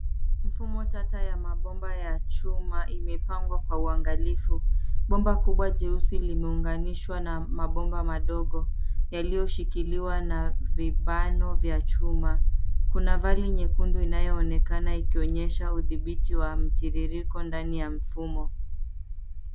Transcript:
Mfumo tata ya mabomba ya chuma imepangwa kwa uangalifu. Bomba kubwa jeusi limeunganishwa na mabomba madogo yaliyo shikiliwa na vibano vya chuma. Kuna valley nyekundu inayoonekana ikionyesha udhibiti wa mtiririko ndani ya mfumo.